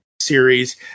series